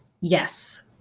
Yes